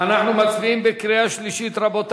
קריאה שלישית.